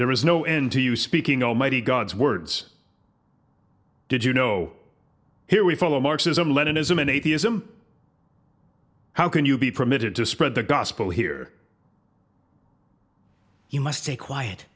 there is no end to you speaking almighty god's words did you know here we follow marxism leninism in atheism how can you be permitted to spread the gospel here you must stay quiet